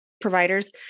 providers